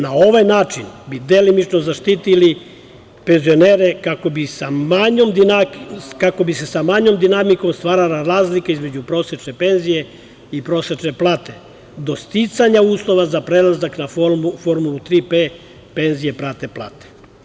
Na ovaj način bi delimično zaštitili penzionere, kako bi se sa manjom dinamikom stvarala razlika između prosečne penzije i prosečne plate, do sticanja uslova za prelazak na formulu „Tri P“ (penzije prate plate)